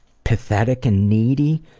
pathetic and needy.